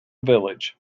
village